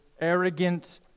arrogant